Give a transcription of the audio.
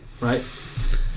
right